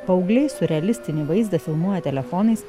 paaugliai siurrealistinį vaizdą filmuoja telefonais